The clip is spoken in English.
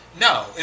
No